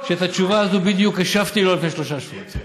את התשובה הזאת השבתי לו לפני שלושה שבועות.